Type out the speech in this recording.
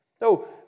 No